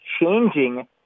changing